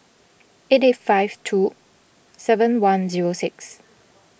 eight eight five two seven one zero six